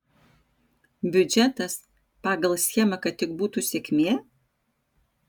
biudžetas pagal schemą kad tik būtų sėkmė